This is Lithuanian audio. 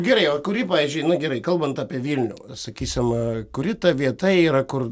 gerai o kuri pavyzdžiui nu gerai kalbant apie vilnių sakysim kuri ta vieta yra kur